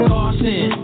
Carson